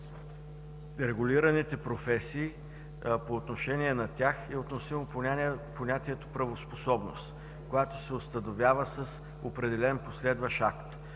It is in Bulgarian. Регулираните професии – по отношение на тях е относително понятието „правоспособност”, когато се установява с определен последващ акт.